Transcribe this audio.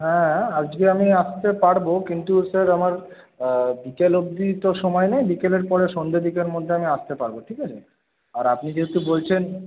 হ্যাঁ আজকে আমি আসতে পারব কিন্তু স্যার আমার বিকেল অবধি তো সময় নেই বিকেলের পরে সন্ধ্যের দিকের মধ্যে আমি আসতে পারব ঠিক আছে আর আপনি যেহেতু বলছেন